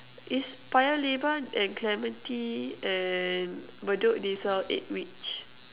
is Paya-Lebar and Clementi and Bedok they sell eggwich